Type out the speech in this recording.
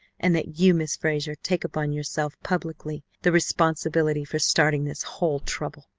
and that you, miss frazer, take upon yourself publicly the responsibility for starting this whole trouble.